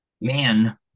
Man